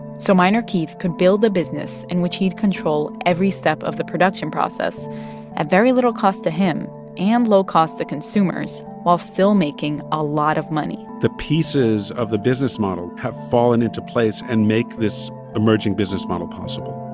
so minor keith could build a business in which he'd control every step of the production process at very little cost to him and low cost to consumers while still making a lot of money the pieces of the business model have fallen into place and make this emerging business model possible